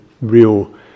real